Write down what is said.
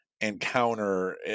encounter